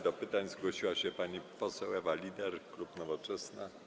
Do pytań zgłosiła się pani poseł Ewa Lieder, klub Nowoczesna.